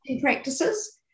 practices